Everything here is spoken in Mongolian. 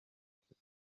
хятад